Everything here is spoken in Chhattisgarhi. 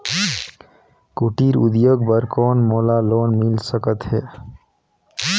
कुटीर उद्योग बर कौन मोला लोन मिल सकत हे?